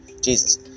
Jesus